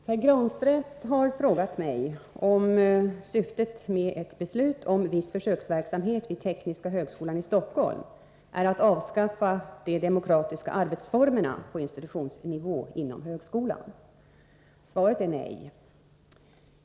Herr talman! Pär Granstedt har frågat mig om syftet med ett beslut om viss försöksverksamhet vid tekniska högskolan i Stockholm är att avskaffa de Svaret är nej.